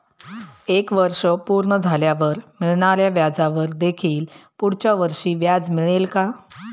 एक वर्ष पूर्ण झाल्यावर मिळणाऱ्या व्याजावर देखील पुढच्या वर्षी व्याज मिळेल का?